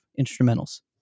instrumentals